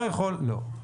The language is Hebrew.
לא.